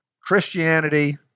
Christianity